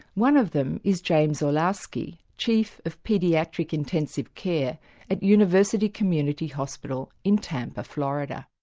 one of them is james orlowski, chief of paediatric intensive care at university community hospital in tampa florida.